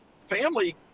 family